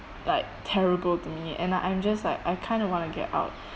like terrible to me and I'm just like I kind of want to get out